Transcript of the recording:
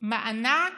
מענק